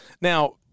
Now